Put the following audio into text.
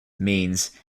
means